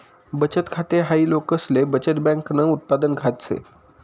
बचत खाते हाय लोकसले बचत बँकन उत्पादन खात से